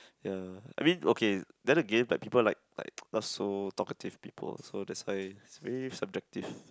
ya I mean okay then again like people like like not so talkative people so that's why it's very subjective